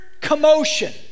commotion